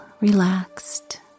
relaxed